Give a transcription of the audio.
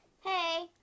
Hey